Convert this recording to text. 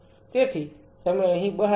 તેથી તમે અહીં બહાર છો